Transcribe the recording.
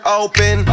open